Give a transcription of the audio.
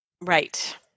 Right